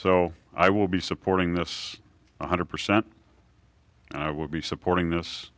so i will be supporting this one hundred percent and i will be supporting this